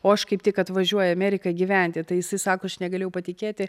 o aš kaip tik atvažiuoju į ameriką gyventi tai jisai sako aš negalėjau patikėti